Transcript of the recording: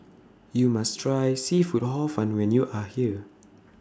YOU must Try Seafood Hor Fun when YOU Are here